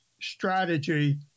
strategy